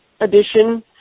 edition